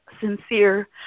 sincere